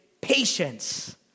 patience